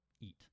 eat